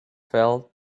fell